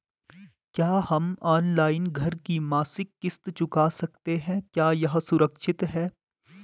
क्या हम ऑनलाइन घर की मासिक किश्त चुका सकते हैं क्या यह सुरक्षित है?